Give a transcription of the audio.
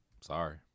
sorry